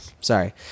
sorry